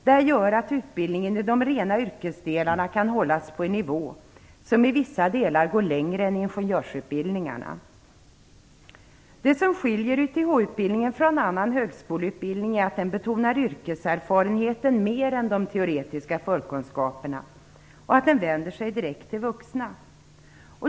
Det gör att utbildningen i de rena yrkesdelarna kan hållas på en nivå som i vissa delar går längre än ingenjörsutbildningarna. Det som skiljer YTH-utbildningen från annan högskoleutbildning är att den betonar yrkeserfarenheten mer än de teoretiska förkunskaperna och att den vänder sig direkt till vuxna.